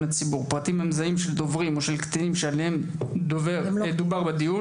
הציבור פרטים מזהים של דוברים או של קטינים שעליהם דובר בדיון,